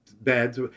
beds